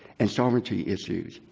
and sovereignty issues.